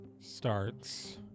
starts